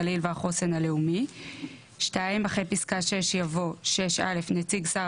הגליל והחוסן הלאומי,"; אחרי פסקה (6) יבוא: "(6א) נציג שר